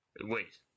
wait